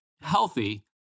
healthy